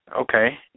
Okay